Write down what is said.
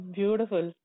Beautiful